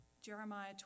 Jeremiah